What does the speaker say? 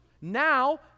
now